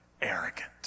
arrogant